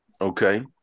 Okay